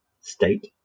state